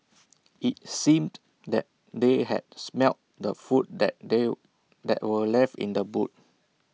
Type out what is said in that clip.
IT seemed that they had smelt the food that they that were left in the boot